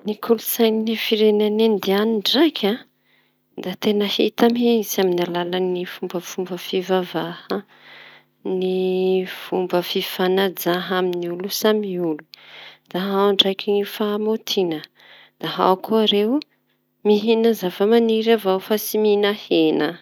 Ny kolon-tsaina firenena indiany ndraiky an da teña hita mihitsy amy alalany fomba fivavaha, ny fomba fifanaja amy olo samby olo da ao ndraiky fahamaontina da ao koa ireo mihina zava maniry avao fa tsy mihina hena.